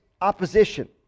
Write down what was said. opposition